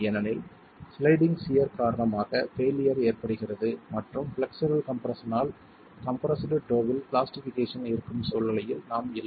ஏனெனில் sliding shear காரணமாக failure ஏற்படுகிறது மற்றும் ஃப்ளெக்சுரல் கம்ப்ரெஸ்ஸன் ஆல் கம்ப்ரெஸ்டு டோ வில் பிளாஸ்டிஃபிகேஷன் இருக்கும் சூழ்நிலையில் நாம் இல்லை